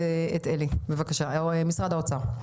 בואו נשמע את עלי ממשרד האוצר.